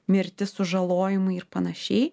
mirtis sužalojimai ir panašiai